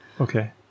Okay